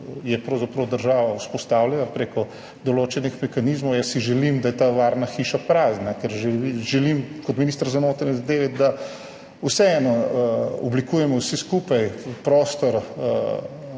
je nekaj, kar je država vzpostavila prek določenih mehanizmov. Jaz si želim, da je ta varna hiša prazna, ker želim kot minister za notranje zadeve, da vseeno oblikujemo vsi skupaj prostor,